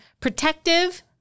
protective